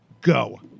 go